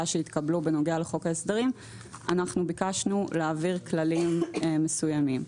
שהתקבלו בנוגע לחוק ההסדרים אנחנו ביקשנו להעביר כללים מסוימים,